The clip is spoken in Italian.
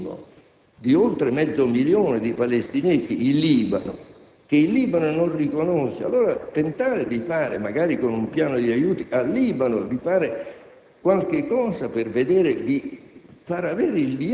tristissimo, di oltre mezzo milione di palestinesi in Libano, che il Libano non riconosce, bisogna tentare, magari con un piano di aiuti al Libano, di fare qualcosa per instaurare